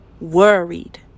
worried